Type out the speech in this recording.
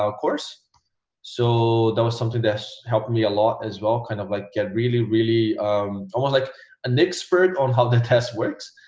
ah course so that was something helped me a lot as well. kind of like get really really i was like an expert on how the test works.